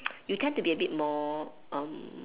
you tend to be a bit more um